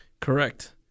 Correct